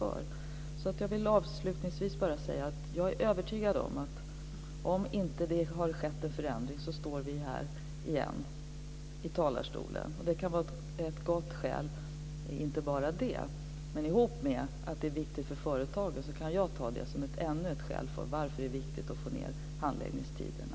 Avslutningsvis vill jag bara säga att jag är övertygad om att vi, om det inte skett en förändring, återigen kommer att stå här i talarstolen. Ihop med att det är viktigt för företagen kan jag ta detta som ännu ett skäl till att det är viktigt att få ned handläggningstiderna.